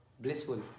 blissful